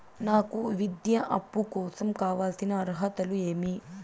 నాకు విద్యా అప్పు కోసం కావాల్సిన అర్హతలు ఏమి?